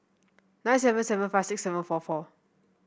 nine seven seven five six seven four four